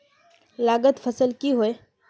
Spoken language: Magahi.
लागत फसल की होय?